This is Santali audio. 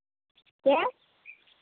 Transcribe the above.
ᱪᱮᱫ